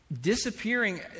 disappearing